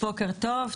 בוקר טוב,